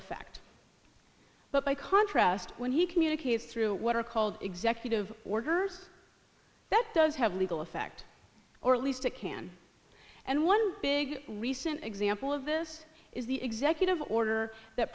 effect but by contrast when he communicates through what are called executive orders that does have legal effect or at least it can and one big recent example of this is the executive order that